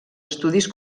estudis